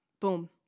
Boom